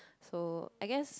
so I guess